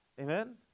Amen